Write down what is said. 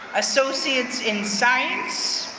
associates in science,